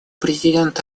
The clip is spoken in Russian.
президент